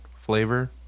flavor